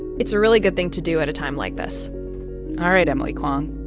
it's a really good thing to do at a time like this all right, emily kwong,